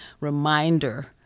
reminder